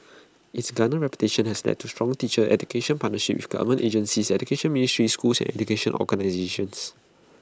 its garnered reputation has led to strong teacher education partnerships with government agencies education ministries schools and educational organisations